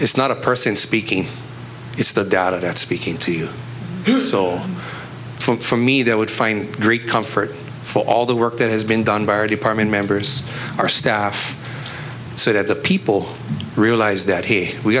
it's not a person speaking it's the doubt at speaking to you do so for me that i would find great comfort for all the work that has been done by our department members our staff so that the people realize that hey we